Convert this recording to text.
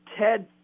Ted